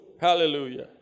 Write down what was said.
Hallelujah